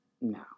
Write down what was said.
no